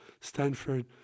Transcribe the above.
stanford